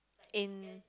in